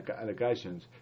allegations